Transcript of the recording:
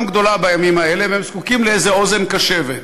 גדולה בימים האלה והם זקוקים לאיזה אוזן קשבת.